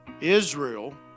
Israel